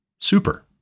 super